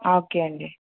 okay అండి